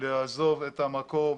לעזוב את המקום